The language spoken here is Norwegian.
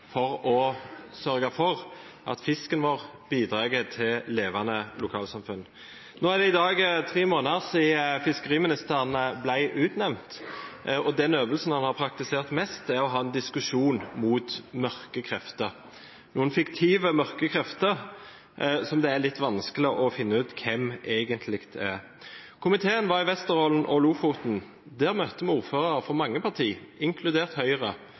for å sørge for at fisken vår bidrar til levende lokalsamfunn. Det er i dag tre måneder siden fiskeriministeren ble utnevnt. Den øvelsen han har praktisert mest, er å ha en diskusjon mot noen fiktive mørke krefter, som det er litt vanskelig å finne ut hvem egentlig er. Komiteen var i Vesterålen og Lofoten. Der møtte vi ordførere fra mange partier, inkludert Høyre,